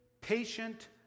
patient